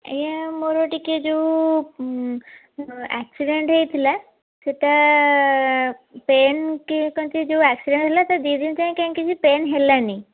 ଆଜ୍ଞା ମୋର ଟିକିଏ ଯେଉଁ ଆକ୍ସିଡ଼େଣ୍ଟ ହେଇଥିଲା ସେଇଟା ପେନ୍ କି କ'ଣ କି ଯେଉଁ ଆକ୍ସିଡ଼େଣ୍ଟ ହେଲା ସେ ଦୁଇ ଦିନ ଯାଏ କାହିଁ କିଛି ପେନ୍ ହେଲାନି